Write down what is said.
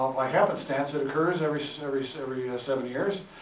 by happenstance, it occurs every since every, so every and seven years.